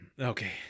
Okay